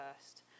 first